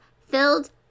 filled